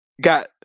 Got